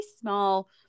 small